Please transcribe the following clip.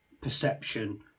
perception